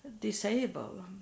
disabled